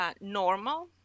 Normal